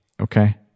Okay